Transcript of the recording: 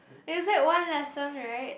you said one lesson right